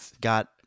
got